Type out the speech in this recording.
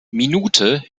minute